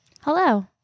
Hello